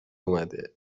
اومده